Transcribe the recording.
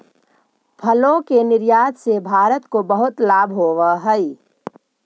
फलों के निर्यात से भारत को बहुत लाभ होवअ हई